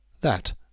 That